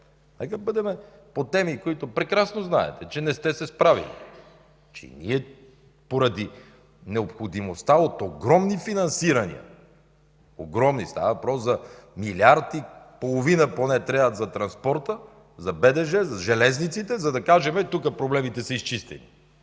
Нека по теми, за които прекрасно знаете, че не сте се справили, че поради необходимостта от огромни финансирания, огромни – милиард и половина поне трябват за транспорта, за БДЖ, за железниците, за да кажем, че тук проблемите са изчистени.